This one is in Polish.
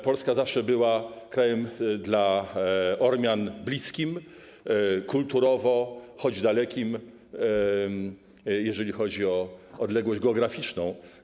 Polska zawsze była krajem dla Ormian bliskim kulturowo, choć dalekim, jeżeli chodzi o odległość geograficzną.